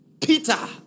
Peter